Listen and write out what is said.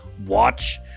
watch